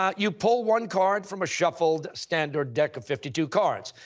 ah you pull one card from a shuffled standard deck of fifty two cards.